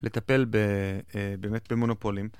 לטפל באמת במונופולים.